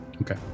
Okay